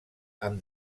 amb